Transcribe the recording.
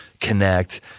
connect